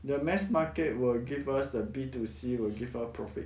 the mass market will give us a B two C will give us profit